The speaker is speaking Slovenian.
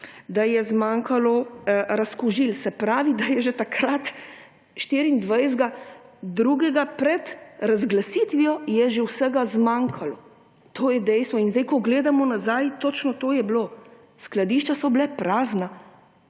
da je zmanjkalo razkužil, se pravi, da je že takrat, 24. februarja, pred razglasitvijo je že vsega zmanjkalo. To je dejstvo in zdaj ko gledamo nazaj, točno to je bilo. Skladišča so bila prazna.